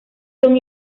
son